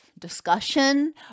discussion